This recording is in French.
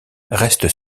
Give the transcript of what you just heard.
restent